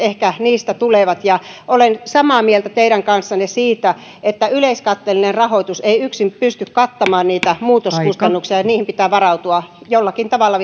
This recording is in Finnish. niistä ehkä tulevat olen samaa mieltä teidän kanssanne siitä että yleiskatteellinen rahoitus ei yksin pysty kattamaan niitä muutoskustannuksia ja niihin pitää vielä varautua jollakin tavalla